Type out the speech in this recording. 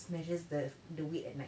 snatches the the weight at night